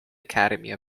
academy